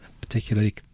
particularly